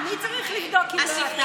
זה באחריותך.